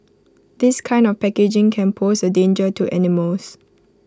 this kind of packaging can pose A danger to animals